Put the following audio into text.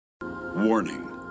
Warning